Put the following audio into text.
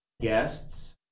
guests